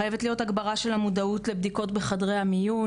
חייבת להיות הגברה של המודעות לבדיקות בחדרי המיון.